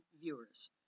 viewers